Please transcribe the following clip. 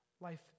life